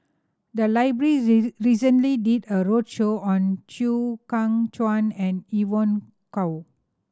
the library recently did a roadshow on Chew Kheng Chuan and Evon Kow